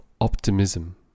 optimism